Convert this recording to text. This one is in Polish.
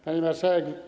Pani Marszałek!